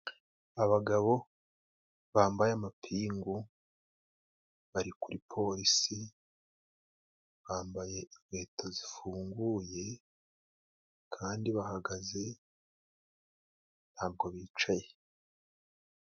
Abagabo bambaye amapingu, bari kuri polisi bambaye inkweto zifunguye, kandi bahagaze ntabwo bicaye.